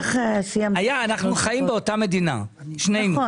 אנחנו חיים באותה מדינה שנינו.